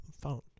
phone